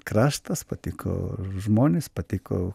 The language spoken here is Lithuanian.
kraštas patiko žmonės patiko